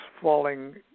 falling